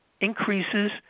increases